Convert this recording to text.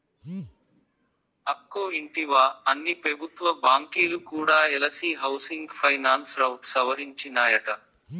అక్కో ఇంటివా, అన్ని పెబుత్వ బాంకీలు కూడా ఎల్ఐసీ హౌసింగ్ ఫైనాన్స్ రౌట్ సవరించినాయట